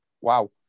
wow